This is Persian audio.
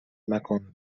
مکن